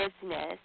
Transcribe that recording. business